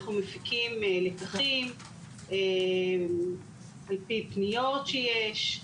אנחנו מפיקים לקחים על פי פניות שיש,